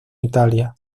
italia